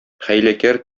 хәйләкәр